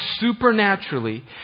supernaturally